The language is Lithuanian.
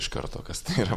iš karto kas tai yra